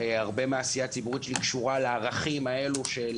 הרבה מהעשייה הציבורית שלי קשורה לערכים האלה של